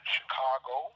Chicago